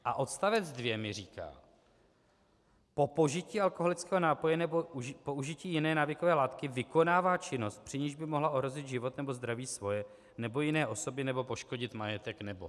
A odstavec 2 mi říká: Po požití alkoholického nápoje nebo po užití jiné návykové látky vykonává činnost, při níž by mohla ohrozit život nebo zdraví svoje nebo jiné osoby nebo poškodit majetek nebo...